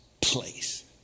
place